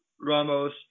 Ramos